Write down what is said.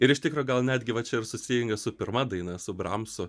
ir iš tikro gal netgi va čia ir susijungia su pirma daina su bramsu